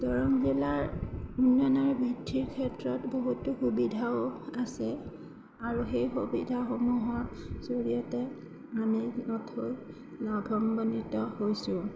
দৰং জিলাৰ উন্নয়ন আৰু বৃদ্ধিৰ ক্ষেত্ৰত বহুতো সুবিধাও আছে আৰু সেই সুবিধাসমূহৰ জৰিয়তে আমি নথৈ লাভাৱান্বিত হৈছোঁ